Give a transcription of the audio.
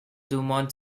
dumont